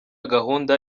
gahunda